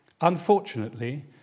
Unfortunately